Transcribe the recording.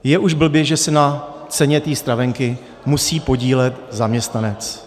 Je už blbě, že se na ceně té stravenky musí podílet zaměstnanec.